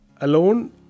alone